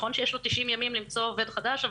זה נכון שיש לו 90 ימים למצוא מעסיק חדש,